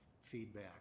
feedback